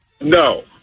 No